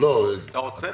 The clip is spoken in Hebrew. זה לא הגיוני שנעשה את זה.